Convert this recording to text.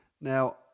Now